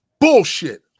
bullshit